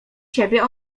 ciebie